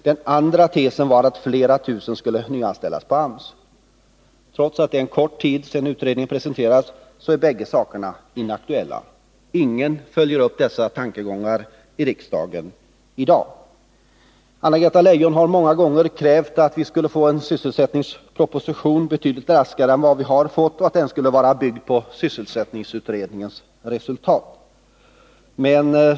Den andra var att flera tusen skulle nyanställas på AMS. Trots att det är en kort tid sedan utredningen presenterades är bägge dessa tankegångar inaktuella. Ingen följer upp dem i riksdagen i dag. Anna-Greta Leijon har många gånger krävt att vi skulle få en sysselsättningsproposition betydligt snabbare än vad vi har fått och att den skulle vara byggd på sysselsättningsutredningens resultat.